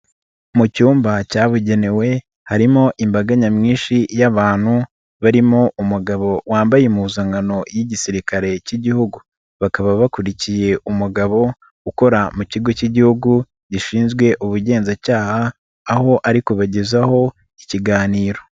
Mu cyumba cyabugenewe harimo imbaga nyamwinshi y'abantu barimo umugabo wambaye impuzankano y'Igisirikare cy'Igihugu, bakaba bakurikiye umugabo ukora mu kigo cy'igihugu gishinzwe ubugenzacyaha aho ari kubagezaho ikiganiro.